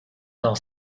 dans